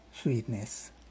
sweetness